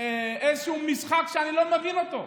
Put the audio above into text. איזשהו משחק שאני לא מבין אותו.